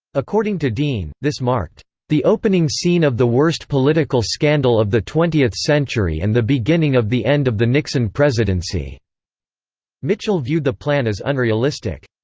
according to dean, this marked the opening scene of the worst political scandal of the twentieth century and the beginning of the end of the nixon presidency mitchell viewed the plan as unrealistic.